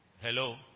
Hello